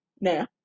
Now